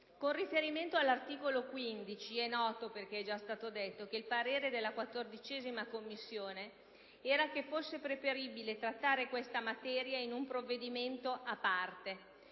Con riferimento all'articolo 15, è noto - perché è già stato detto - che secondo il parere della 14ª Commissione sarebbe stato preferibile trattare questa materia in un provvedimento a parte.